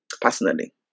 personally